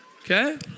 Okay